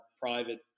private